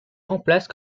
remplace